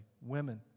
Women